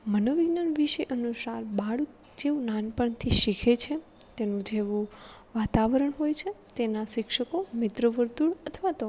મનોવિજ્ઞાન વિશે અનુસાર બાળક જેવું નાનપણથી શીખે છે તેનું જેવું વાતાવરણ હોય છે તેના શિક્ષકો મિત્ર વર્તુળ અથવા તો